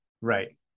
Right